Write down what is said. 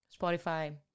Spotify